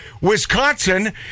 Wisconsin